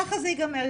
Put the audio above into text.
ככה זה יגמר.